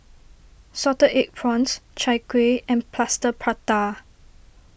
Salted Egg Prawns Chai Kueh and Plaster Prata